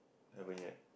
haven't yet